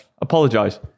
Apologise